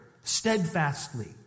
steadfastly